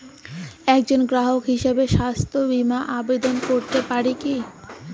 একজন গ্রাহক হিসাবে স্বাস্থ্য বিমার আবেদন করতে পারি কি?